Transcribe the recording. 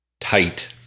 tight